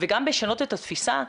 וגם לשנות את התפיסה,